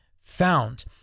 found